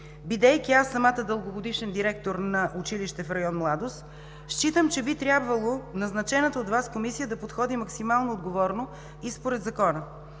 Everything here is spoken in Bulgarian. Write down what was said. бидейки аз самата дългогодишен директор на училище в район „Младост“, считам, че би трябвало назначената от Вас комисия да подходи максимално отговорно и според закона.